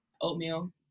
oatmeal